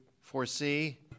foresee